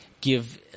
give